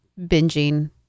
binging